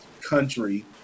country